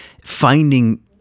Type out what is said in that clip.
finding